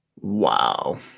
wow